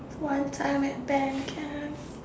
once I'm at band camp